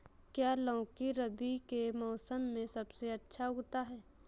क्या लौकी रबी के मौसम में सबसे अच्छा उगता है?